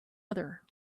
other